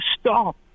stop